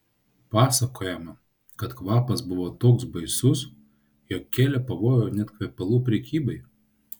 pasakojama kad kvapas buvo toks baisus jog kėlė pavojų net kvepalų prekybai